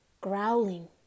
growling